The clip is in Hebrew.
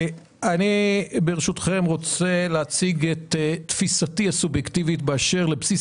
אני ברשותכם רוצה להציג את תפיסתי הסובייקטיבית באשר לבסיס